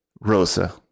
Rosa